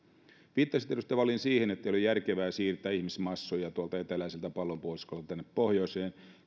viittasitte edustaja vallin siihen että ei ole järkevää siirtää ihmismassoja tuolta eteläiseltä pallonpuoliskolta tänne pohjoiseen